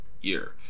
year